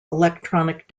electronic